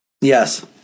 Yes